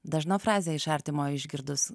dažna frazė iš artimojo išgirdus